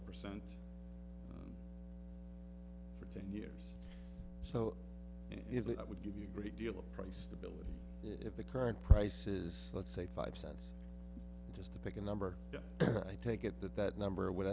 of percent for ten years so it would give you a great deal of price stability if the current prices let's say five cents just to pick a number i take it that that number would